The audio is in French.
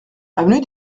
avenue